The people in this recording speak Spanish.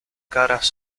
caras